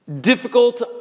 difficult